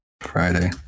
Friday